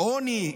בעוני,